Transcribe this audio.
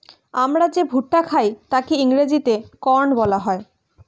আমরা যে ভুট্টা খাই তাকে ইংরেজিতে কর্ন বলা হয়